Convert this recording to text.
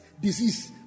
disease